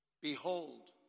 Behold